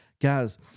Guys